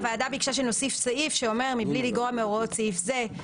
הוועדה ביקשה שנוסיף סעיף שאומר: "מבלי לגרוע מהוראות סעיף זה,